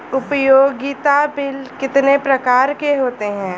उपयोगिता बिल कितने प्रकार के होते हैं?